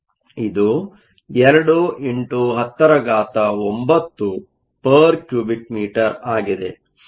ಇದು 2 x 109 m 3 ಆಗಿದೆ